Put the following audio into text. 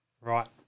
Right